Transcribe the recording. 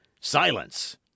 Silence